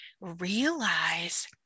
realize